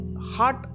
heart